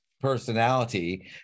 personality